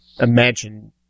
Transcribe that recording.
imagine